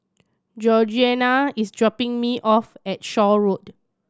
Georgeanna is dropping me off at Shaw Road